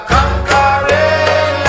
Conquering